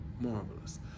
marvelous